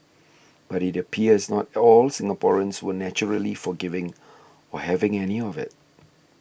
but it appears not all Singaporeans were naturally forgiving or having any of it